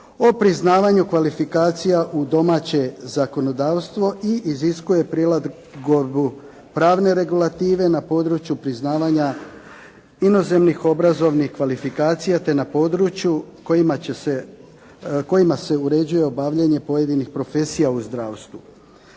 o priznavanju kvalifikacija u domaće zakonodavstvo i iziskuje prilagodbu pravne regulative na području priznavanja inozemnih obrazovnih kvalifikacija, te na području kojima se uređuje obavljanje pojedinih profesija u zdravstvu.